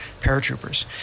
Paratroopers